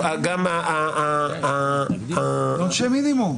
גם --- עונשי מינימום.